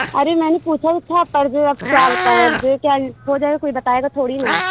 ارے میں نے سوچا تو تھا پر وہ اب کیا بتائیں اب جو چاہے کھو جائے کوئی بتائے گا تھوڑی نا